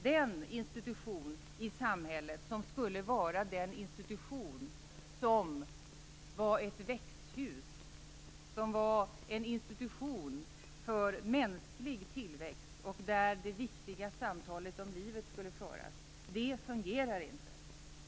Den institution i samhället som skulle vara ett växthus, en institution för mänsklig tillväxt och där det viktiga samtalet om livet skulle föras, fungerar inte.